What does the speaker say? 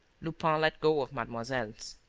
lupin let go of mademoiselle's.